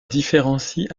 différencie